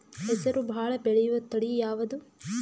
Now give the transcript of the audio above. ಹೆಸರು ಭಾಳ ಬೆಳೆಯುವತಳಿ ಯಾವದು?